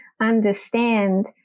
understand